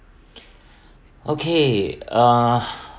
okay uh